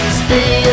stay